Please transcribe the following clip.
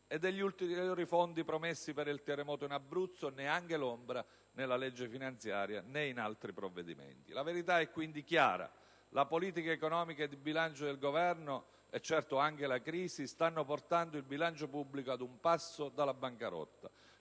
E degli ulteriori fondi promessi per il terremoto in Abruzzo neanche l'ombra nella legge finanziaria, né in altri provvedimenti. La verità è quindi chiara: la politica economica e di bilancio del Governo e - certo - anche la crisi stanno portando il bilancio pubblico ad un passo dalla bancarotta.